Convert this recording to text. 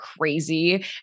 crazy